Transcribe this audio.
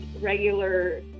regular